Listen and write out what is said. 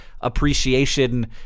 appreciation